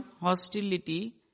hostility